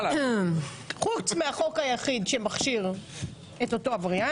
ואם לא היית מתפרצת היית מתקנת את דברייך.